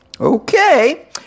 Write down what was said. Okay